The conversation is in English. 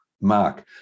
mark